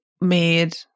made